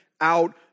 out